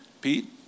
Pete